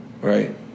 Right